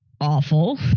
awful